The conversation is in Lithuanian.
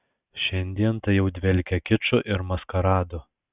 šiandien tai jau dvelkia kiču ir maskaradu